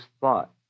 thought